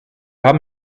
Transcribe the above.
haben